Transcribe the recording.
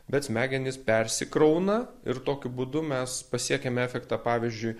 bet smegenys persikrauna ir tokiu būdu mes pasiekiame efektą pavyzdžiui